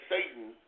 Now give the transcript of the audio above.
Satan